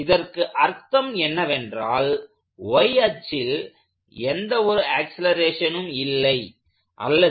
இதற்கு அர்த்தம் என்னவென்றால் y அச்சில் எந்த ஒரு ஆக்சலேரேஷனும் இல்லை அல்லது